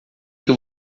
que